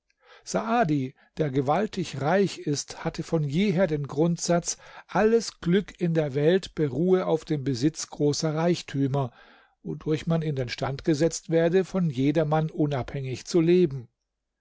der gewaltig reich ist hatte von jeher den grundsatz alles glück in der welt beruhe auf dem besitz großer reichtümer wodurch man in den stand gesetzt werde von jedermann unabhängig zu leben